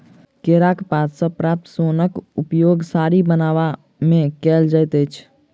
केराक पात सॅ प्राप्त सोनक उपयोग साड़ी बनयबा मे कयल जाइत अछि